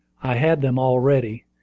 i had them all ready,